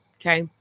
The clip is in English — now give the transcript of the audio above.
Okay